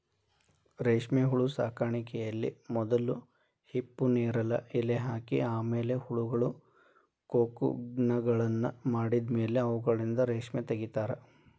ರೇಷ್ಮೆಹುಳು ಸಾಕಾಣಿಕೆಯಲ್ಲಿ ಮೊದಲು ಹಿಪ್ಪುನೇರಲ ಎಲೆ ಹಾಕಿ ಆಮೇಲೆ ಹುಳಗಳು ಕೋಕುನ್ಗಳನ್ನ ಮಾಡಿದ್ಮೇಲೆ ಅವುಗಳಿಂದ ರೇಷ್ಮೆ ತಗಿತಾರ